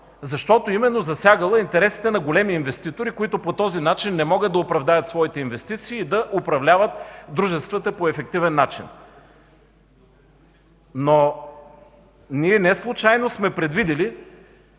Защото засягала интересите на големи инвеститори, които по този начин не могат да оправдаят своите инвестиции и да управляват дружествата по ефективен начин. Но ние неслучайно сме предвидили